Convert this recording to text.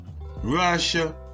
Russia